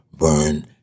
burn